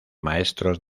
maestros